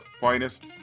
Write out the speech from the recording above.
finest